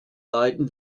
leiden